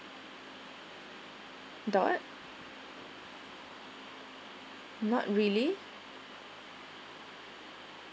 dot not really